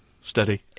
steady